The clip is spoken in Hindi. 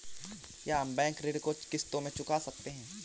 क्या हम बैंक ऋण को किश्तों में चुका सकते हैं?